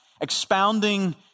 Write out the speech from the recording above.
expounding